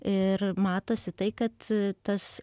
ir matosi tai kad tas